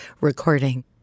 recording